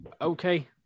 okay